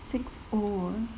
six O ah